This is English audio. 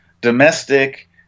Domestic